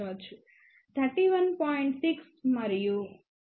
6 gain ఉండవచ్చు